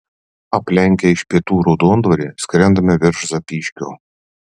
aplenkę iš pietų raudondvarį skrendame virš zapyškio